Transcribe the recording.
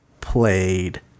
played